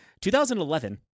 2011